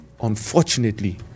unfortunately